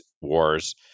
wars